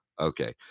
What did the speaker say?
okay